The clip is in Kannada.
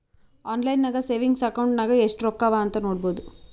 ಆನ್ಲೈನ್ ನಾಗೆ ಸೆವಿಂಗ್ಸ್ ಅಕೌಂಟ್ ನಾಗ್ ಎಸ್ಟ್ ರೊಕ್ಕಾ ಅವಾ ಅಂತ್ ನೋಡ್ಬೋದು